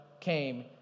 came